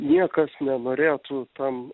niekas nenorėtų tam